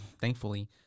Thankfully